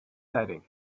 setting